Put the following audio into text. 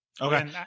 okay